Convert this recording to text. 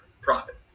profit